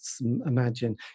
imagine